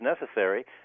necessary